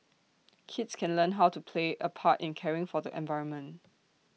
kids can learn how to play A part in caring for the environment